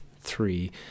three